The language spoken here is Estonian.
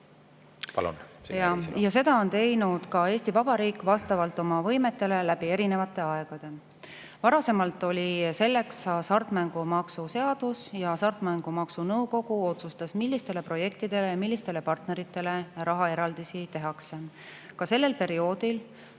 Ja seda on teinud ka Eesti Vabariik vastavalt oma võimetele läbi erinevate aegade. Varasemalt oli selleks hasartmängumaksu seadus ja hasartmängumaksu nõukogu otsustas, millistele projektidele ja millistele partneritele rahaeraldisi tehakse. Ka sellel perioodil